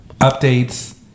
Updates